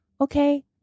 okay